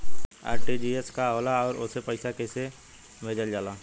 RTGS का होला आउरओ से पईसा कइसे भेजल जला?